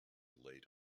late